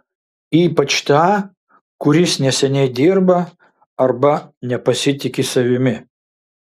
ypač tą kuris neseniai dirba arba nepasitiki savimi